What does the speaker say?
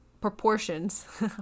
proportions